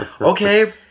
okay